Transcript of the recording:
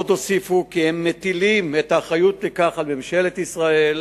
עוד הוסיפו כי הם מטילים את האחריות לכך על ממשלת ישראל,